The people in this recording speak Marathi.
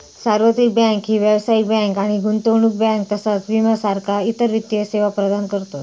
सार्वत्रिक बँक ही व्यावसायिक बँक आणि गुंतवणूक बँक तसाच विमा सारखा इतर वित्तीय सेवा प्रदान करतत